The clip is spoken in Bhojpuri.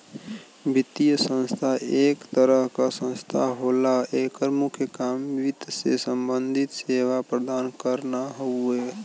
वित्तीय संस्था एक तरह क संस्था होला एकर मुख्य काम वित्त से सम्बंधित सेवा प्रदान करना हउवे